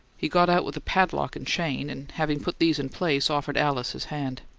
he got out with a padlock and chain and, having put these in place, offered alice his hand.